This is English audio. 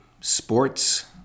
sports